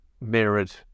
mirrored